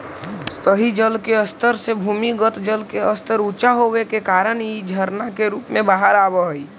सतही जल के स्तर से भूमिगत जल के स्तर ऊँचा होवे के कारण इ झरना के रूप में बाहर आवऽ हई